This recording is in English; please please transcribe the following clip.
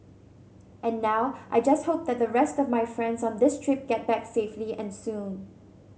and now I just hope that the rest of my friends on this trip get back safely and soon